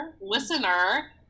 listener